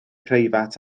preifat